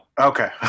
Okay